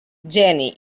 geni